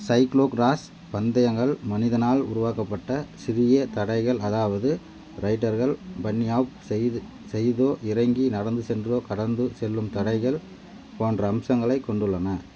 cyclocross பந்தயங்கள் மனிதனால் உருவாக்கப்பட்ட சிறிய தடைகள் அதாவது ரைடர்கள் பன்னிஹாப் செய்து செய்தோ இறங்கி நடந்து சென்றோ கடந்து செல்லும் தடைகள் போன்ற அம்சங்களை கொண்டுள்ளன